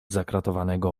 zakratowanego